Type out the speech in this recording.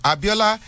Abiola